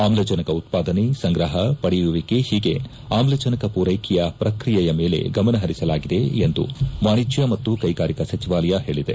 ಆಮ್ಲಜನಕ ಉತ್ಪಾದನೆ ಸಂಗ್ರಹ ಪಡೆಯುವಿಕೆ ಹೀಗೆ ಆಮ್ಲಜನಕ ಪೂರೈಕೆಯ ಪ್ರಕ್ರಿಯೆಯ ಮೇಲೆ ಗಮನಹರಿಸಲಾಗಿದೆ ಎಂದು ವಾಣಿಜ್ಞ ಮತ್ತು ಕೈಗಾರಿಕಾ ಸಚಿವಾಲಯ ಹೇಳಿದೆ